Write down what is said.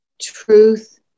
Truth